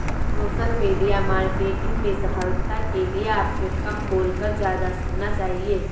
social media marketing में सफलता के लिए आपको कम बोलकर ज्यादा सुनना चाहिए